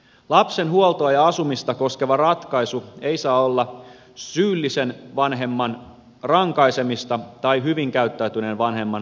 lapsen huoltoa ja asumista koskeva ratkaisu ei saa olla syyllisen vanhemman rankaisemista tai hyvin käyttäytyneen vanhemman palkitsemista